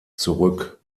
zurück